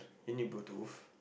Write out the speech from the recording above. you need bluetooth